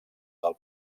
del